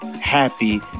happy